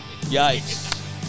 Yikes